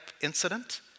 incident